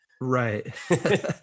Right